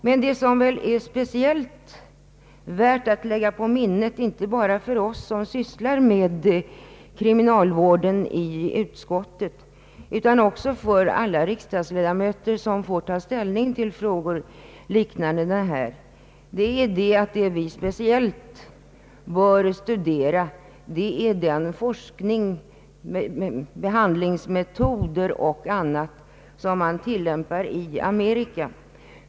Men det som är särskilt värt att lägga på minnet, inte bara för oss som sysslar med kriminalvård i utskottet utan också för alla riksdagsledamöter som har att ta ställning till frågor liknande denna, är att vad vi speciellt bör studera är den forskning, de behandlingsmetoder och annat som man tillämpar i Amerika.